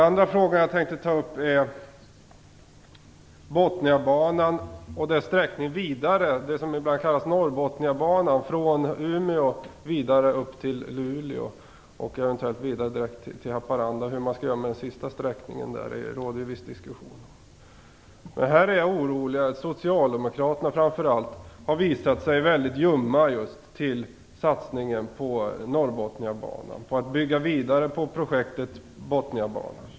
Jag vill även ta upp frågan om Botniabanan och dess sträckning från Umeå vidare upp till Luleå, eventuellt också vidare till Haparanda. Den delen brukar ibland kallas Norrbotniabanan. Det råder en viss diskussion om hur man skall göra med den sista delen av sträckningen. Jag är orolig över att framför allt socialdemokraterna har visat sig vara mycket ljumma inför satsningen på Norrbotniabanan och till att bygga vidare på projektet Botniabanan.